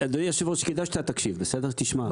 אדוני היושב-ראש, כדאי שאתה תקשיב, שתשמע.